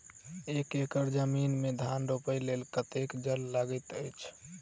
एक एकड़ जमीन मे धान रोपय लेल कतेक जल लागति अछि?